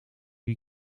die